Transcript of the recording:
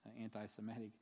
anti-Semitic